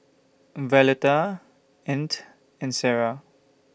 Violetta Ant and Sara